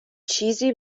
چیزی